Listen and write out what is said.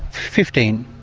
fifteen.